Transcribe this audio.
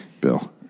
bill